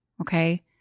Okay